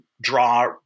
draw